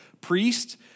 Priest